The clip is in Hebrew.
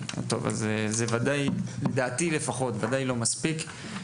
זה ודאי, לדעתי לפחות, לא מספיק,